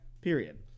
Period